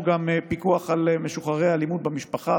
גם פיקוח על משוחררי אלימות במשפחה,